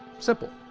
simple!